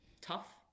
tough